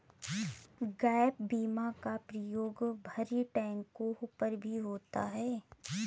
gap बीमा का प्रयोग भरी ट्रकों पर भी होता है